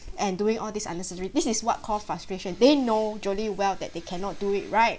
and doing all these unnecessary this is what cause frustration they know jolly well that they cannot do it right